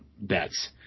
bets